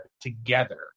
together